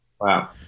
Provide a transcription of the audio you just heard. Wow